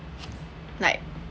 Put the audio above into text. like